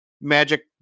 magic